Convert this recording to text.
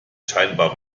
scheinbar